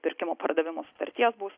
pirkimo pardavimo sutarties būs